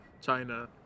China